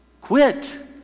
Quit